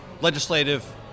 legislative